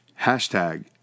hashtag